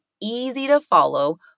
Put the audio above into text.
easy-to-follow